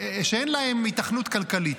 שאין להם היתכנות כלכלית: